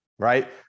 right